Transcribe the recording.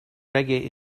reggae